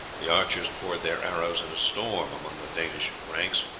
the archers poured their arrows in a storm among the danish ranks.